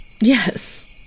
yes